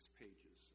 pages